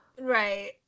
right